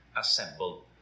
assembled